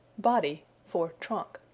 body for trunk.